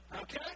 Okay